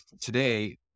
today